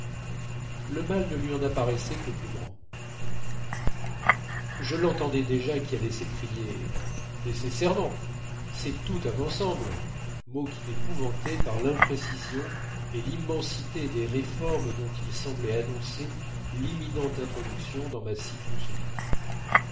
le mal ne lui en apparaissait que plus grand je l'entendais déjà qui allait s'écrier nécessairement c'est tout un ensemble mot qui m'épouvantait par l'imprécision et l'immensité des réformes dont il semblait annoncer l'imminente introduction dans ma si douce vie